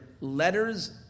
letters